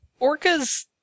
Orcas